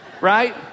right